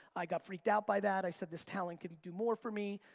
i got freaked out by that, i said this talent can do more for me,